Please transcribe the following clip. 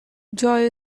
enjoy